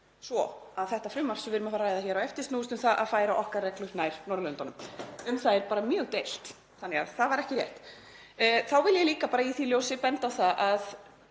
svo að það frumvarp sem við erum að fara að ræða hér á eftir snúist um það að færa okkar reglur nær Norðurlöndunum. Um það er mjög deilt þannig að það var ekki rétt. Þá vil ég líka í því ljósi benda á það að